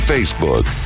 Facebook